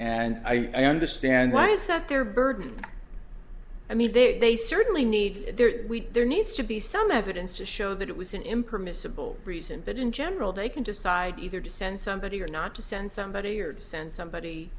and i understand why is that their burden i mean they certainly need there there needs to be some evidence to show that it was an impermissible reason but in general they can decide either to send somebody or not to send somebody or send somebody